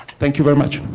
thank you very much.